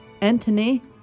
Anthony